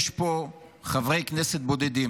יש פה חברי כנסת בודדים